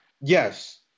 Yes